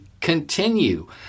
continue